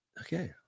Okay